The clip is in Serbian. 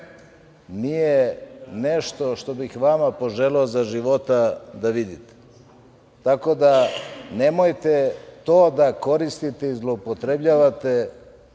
nije nešto što bih vama poželeo za života da vidite. Tako da, nemojte to da koristite i zloupotrebljavate